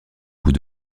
coup